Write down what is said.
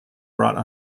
brought